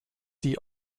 die